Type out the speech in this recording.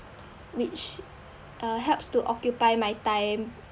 which uh helps to occupy my time